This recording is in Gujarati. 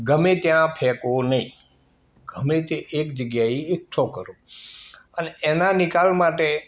ગમે ત્યાં ફેંકો નહીં ગમે તે એક જગ્યાએ એકઠો કરો અને એના નિકાલ માટે